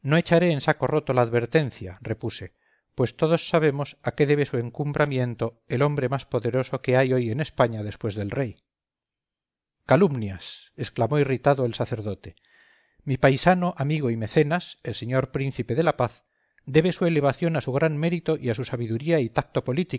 en saco roto la advertencia repuse pues todos sabemos a qué debe su encumbramiento el hombre más poderoso que hay hoy en españa después del rey calumnias exclamó irritado el sacerdote mi paisano amigo y mecenas el señor príncipe de la paz debe su elevación a su gran mérito y a su sabiduría y tacto